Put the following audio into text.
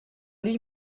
lui